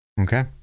Okay